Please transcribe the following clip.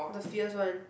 the fierce one